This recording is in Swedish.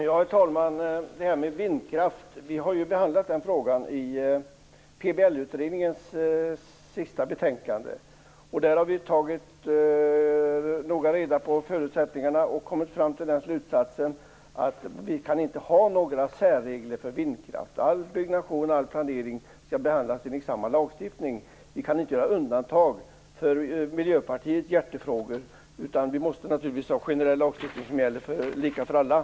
Herr talman! Vi behandlade frågan om vindkraft i PBL-utredningens sista betänkande. Vi hade noga tagit reda på förutsättningarna och kom då fram till den slutsatsen att man inte kan ha några särregler för vindkraft. All byggnation och all planering skall behandlas enligt samma lagstiftning. Man kan inte göra undantag för Miljöpartiets hjärtefrågor. Det måste naturligtvis finnas en generell lagstiftning som gäller lika för alla.